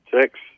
six